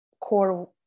core